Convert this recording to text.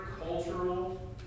cultural